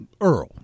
Earl